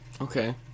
Okay